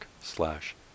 slash